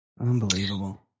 Unbelievable